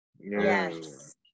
yes